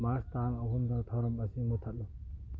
ꯃꯥꯔꯁ ꯇꯥꯡ ꯑꯍꯨꯝꯗ ꯊꯧꯔꯝ ꯑꯁꯤ ꯃꯨꯊꯠꯂꯨ